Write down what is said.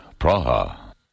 Praha